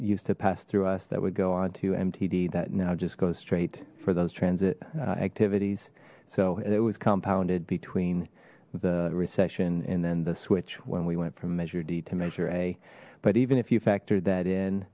used to pass through us that would go on to mtd that now just goes straight for those transit activities so it was compounded between the recession and then the switch when we went from measure d to measure a but even if you factored that in